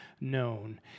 known